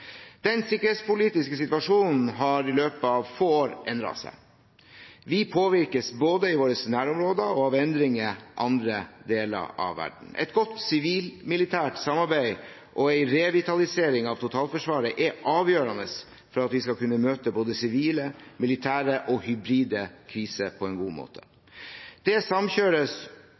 Den sikkerhetspolitiske situasjonen har endret seg i løpet av få år. Vi påvirkes både i våre nærområder og av endringer i andre deler av verden. Et godt sivilt–militært samarbeid og en revitalisering av totalforsvaret er avgjørende for at vi skal kunne møte både sivile, militære og hybride kriser på en god måte. Det samkjøres